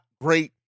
great